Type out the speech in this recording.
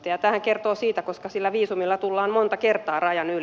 tämähän kertoo siitä että sillä viisumilla tullaan monta kertaa rajan yli